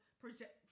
project